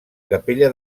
capella